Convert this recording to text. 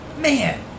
man